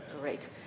Great